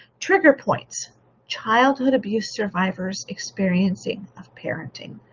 trigger points childhood abuse survivor's experiences of parenting.